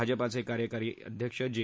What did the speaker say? भाजपाचे कार्यकारी अध्यक्ष जे